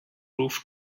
roof